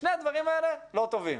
שני הדברים האלה לא טובים.